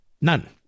None